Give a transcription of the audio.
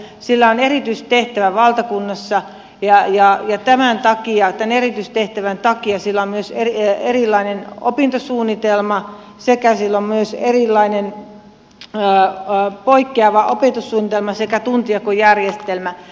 sillä on erityistehtävä valtakunnassa ja tämän erityistehtävän takia sillä myös neljä erilainen opintosuunnitelma sekä sillä on myös erilainen poikkeava opintosuunnitelma sekä tuntijakojärjestelmä